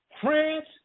France